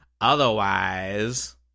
otherwise